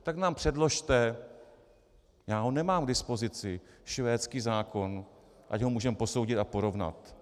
Tak nám předložte, já ho nemám k dispozici, švédský zákon, ať ho můžeme posoudit a porovnat.